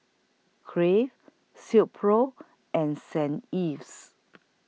Crave Silkpro and Saint Ives